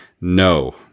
No